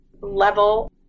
level